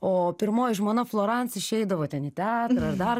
o pirmoji žmona florans išeidavo ten į teatrą ar dar